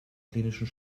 klinischen